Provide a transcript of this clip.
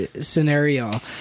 scenario